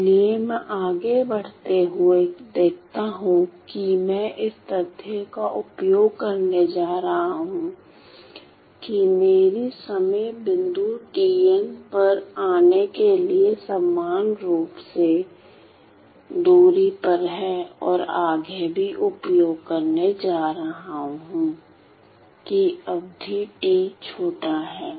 इसलिए मैं आगे बढ़ते हुए देखता हूं कि मैं इस तथ्य का उपयोग करने जा रहा हूं कि मेरी समय बिंदु tn पर आने के लिए समान रूप से दूरी पर हैं और आगे भी उपयोग करने जा रहा हूं कि अवधि T छोटा है